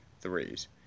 threes